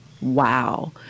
Wow